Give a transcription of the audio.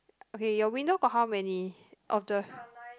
okay your window got how many of the